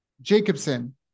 Jacobson